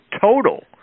total